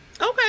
Okay